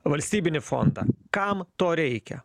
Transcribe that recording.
valstybinį fondą kam to reikia